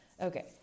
okay